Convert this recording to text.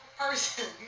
person